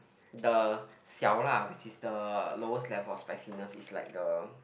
the 小辣 which is the lowest level of spiciness is like the